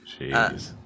Jeez